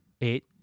Eight